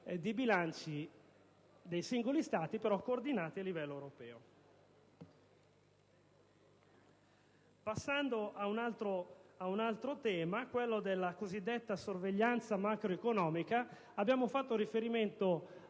dei bilanci dei singoli Stati, però coordinati a livello europeo. Passando ad un altro tema, quello della cosiddetta sorveglianza macroeconomica, abbiamo fatto riferimento